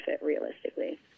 realistically